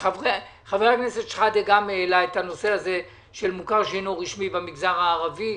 חבר הכנסת שחאדה גם העלה את נושא המוכר שאינו רשמי במגזר הערבי.